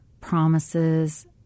promises